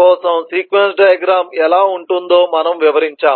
కోసం sequence diagram ఎలా ఉంటుందో మనము వివరించాము